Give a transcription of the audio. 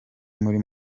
muri